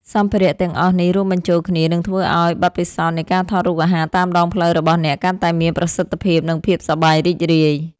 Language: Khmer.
សម្ភារៈទាំងអស់នេះរួមបញ្ចូលគ្នា នឹងធ្វើឱ្យបទពិសោធន៍នៃការថតរូបអាហារតាមដងផ្លូវរបស់អ្នកកាន់តែមានប្រសិទ្ធភាព និងភាពសប្បាយរីករាយ។